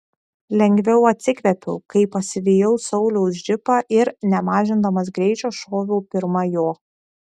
lengviau atsikvėpiau kai pasivijau sauliaus džipą ir nemažindamas greičio šoviau pirma jo